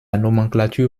nomenclature